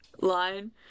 line